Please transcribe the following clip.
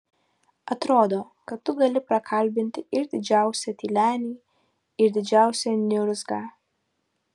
atrodo kad tu gali prakalbinti ir didžiausią tylenį ir didžiausią niurzgą